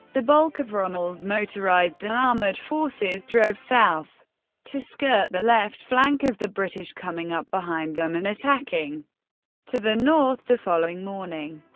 the bulk of rommel's motorized and armoured forces drove south to skirt the left flank of the british, coming up behind them and attacking to the north the following morning.